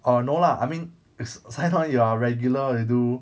err no lah I mean if si~ sign on you're a regular you'll do